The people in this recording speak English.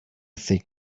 thick